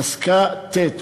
פסקה ט',